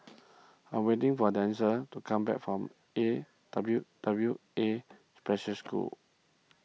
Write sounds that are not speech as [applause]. [noise] I am waiting for Denzell to come back from A W W A Special School